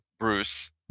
Bruce